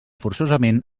forçosament